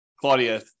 Claudia